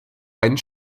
einen